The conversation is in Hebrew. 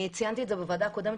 אני ציינתי בוועדה הקודמת,